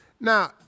Now